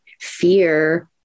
fear